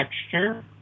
texture